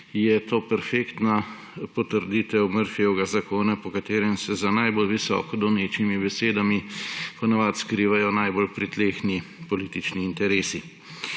je to perfekta potrditev Murphyjevega zakona, po katerem se za najbolj visoko donečimi besedami ponavadi skrivajo najbolj pritlehni politični interesi.